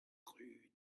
rue